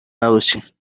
نباشین